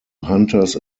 hunters